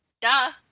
Duh